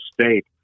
State